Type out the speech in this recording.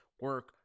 Work